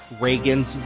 Reagan's